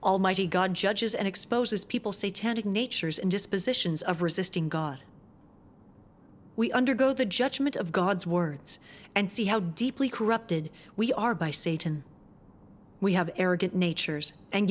almighty god judges and exposes people say tending natures in dispositions of resisting god we undergo the judgement of god's words and see how deeply corrupted we are by satan we have arrogant natures and